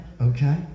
Okay